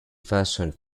fashioned